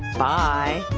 bye!